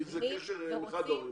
כי זה קשר עם אחד ההורים.